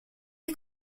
est